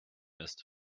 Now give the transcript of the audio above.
ist